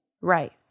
Right